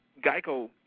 GEICO